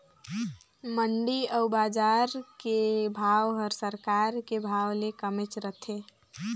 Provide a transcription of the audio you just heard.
मंडी अउ बजार के भाव हर सरकार के भाव ले कमेच रथे